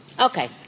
Okay